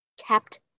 kept